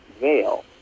veil